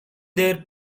дээр